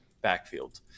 backfield